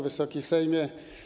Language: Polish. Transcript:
Wysoki Sejmie!